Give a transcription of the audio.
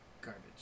garbage